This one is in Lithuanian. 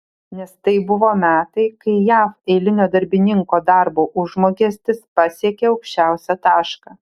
nes tai buvo metai kai jav eilinio darbininko darbo užmokestis pasiekė aukščiausią tašką